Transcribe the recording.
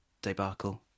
debacle